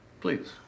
Please